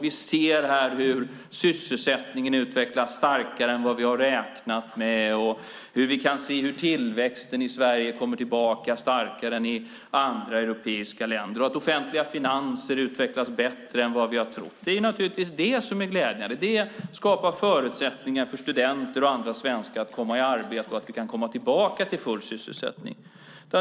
Vi ser hur sysselsättningen utvecklas starkare än vi har räknat med, hur tillväxten i Sverige kommer tillbaka starkare än i andra europeiska länder och hur de offentliga finanserna utvecklas bättre än vad vi trott. Det är naturligtvis detta som är glädjande. Det skapar förutsättningar för studenter och andra svenskar att komma i arbete och komma tillbaka till full sysselsättning.